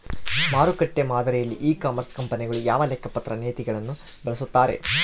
ಮಾರುಕಟ್ಟೆ ಮಾದರಿಯಲ್ಲಿ e commerce ಕಂಪನಿಗಳು ಯಾವ ಲೆಕ್ಕಪತ್ರ ನೇತಿಗಳನ್ನು ಬಳಸುತ್ತಾರೆ?